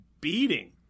beating